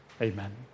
amen